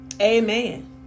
amen